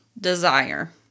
Desire